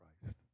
Christ